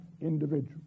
individual